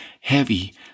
heavy